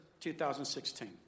2016